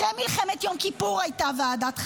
אחרי מלחמת יום הכיפורים הייתה ועדת חקירה,